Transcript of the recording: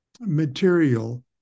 material